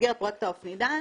במסגרת פרויקט האופנידן,